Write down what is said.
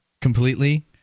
completely